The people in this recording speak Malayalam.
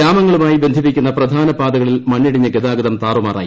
ഗ്രാമങ്ങളുമായി ബന്ധിപ്പിക്കുന്ന പ്രധാന പാതകളിൽ മണ്ണിടിഞ്ഞ് ഗതാഗതം താറുമാറായി